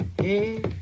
Hey